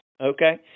Okay